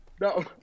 No